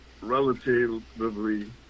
relatively